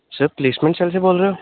sir placement cell ਸੇ ਬੋਲ ਰਹੇ ਹੋ